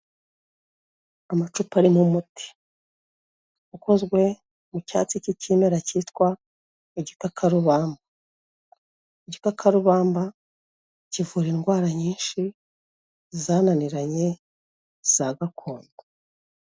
Amacupa arimo umuti, ukozwe mu cyatsi cy'ikimera cyitwa igikakarubamba, igikakarubamba kivura indwara nyinshi zananiranye za gakondo.